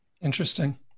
Interesting